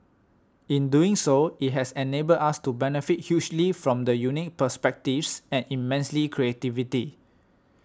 in doing so it has enabled us to benefit hugely from the unique perspectives and immense creativity